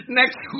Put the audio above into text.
next